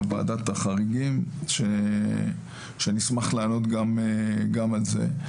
או ועדת החריגים שאני אשמח לענות גם על זה.